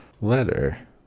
letter